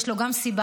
יש לו גם סיבה,